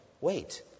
Wait